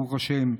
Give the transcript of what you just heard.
ברוך השם,